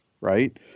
right